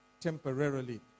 temporarily